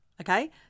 Okay